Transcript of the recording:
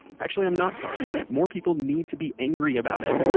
actually i'm not sorry more people need to be angry about it.